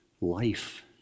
life